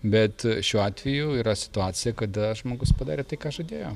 bet šiuo atveju yra situacija kada žmogus padarė tai ką žadėjo